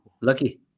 Lucky